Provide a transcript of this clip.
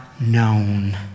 known